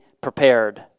prepared